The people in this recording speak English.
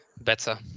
better